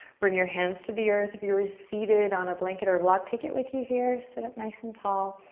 bring your hands to the earth. if you're seated on a blanket or a block, take it with you here, sit up nice and tall.